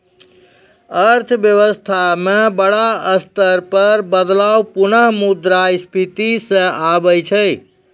अर्थव्यवस्था म बड़ा स्तर पर बदलाव पुनः मुद्रा स्फीती स आबै छै